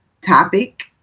topic